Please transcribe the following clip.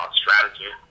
strategy